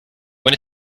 when